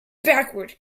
backward